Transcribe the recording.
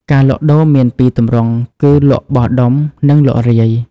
ការលក់ដូរមានពីរទម្រង់គឺ លក់បោះដុំ និងលក់រាយ។